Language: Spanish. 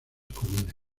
comunes